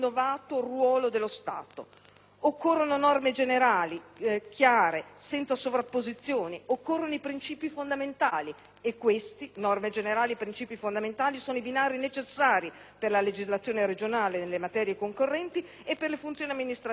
Occorrono norme generali, chiare e senza sovrapposizioni e princìpi fondamentali. Infatti, norme generali e princìpi fondamentali sono i binari necessari per la legislazione regionale nelle materie concorrenti e per le funzioni amministrative di tutti i soggetti locali.